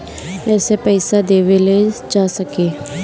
एसे पइसा देवे लेवे जा सके